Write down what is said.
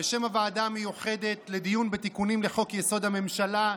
בשם הוועדה המיוחדת לדיון בתיקונים לחוק-יסוד: הממשלה,